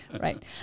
Right